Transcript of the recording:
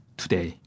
today